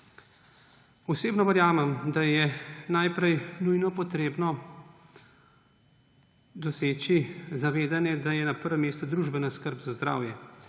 Osebno verjamem, da je najprej nujno potrebno doseči zavedanje, da je na prvem mestu družbena skrb za zdravje,